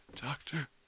Doctor